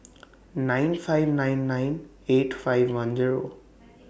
nine five nine nine eight five one Zero